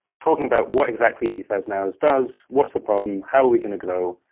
talking about what exactly eighty thousand hours does, what's the problem, how we're going to grow,